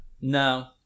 No